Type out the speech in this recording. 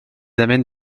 amènent